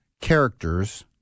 characters